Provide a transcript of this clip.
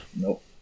Nope